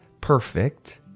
perfect